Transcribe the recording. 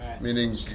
Meaning